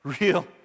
Real